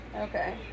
okay